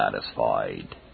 satisfied